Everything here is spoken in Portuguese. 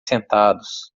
sentados